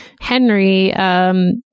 Henry